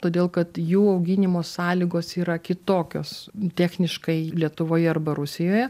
todėl kad jų auginimo sąlygos yra kitokios techniškai lietuvoje arba rusijoje